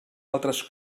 altres